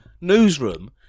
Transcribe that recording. newsroom